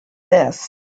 this